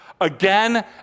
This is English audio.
again